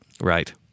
right